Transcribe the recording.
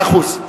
מאה אחוז.